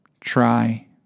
try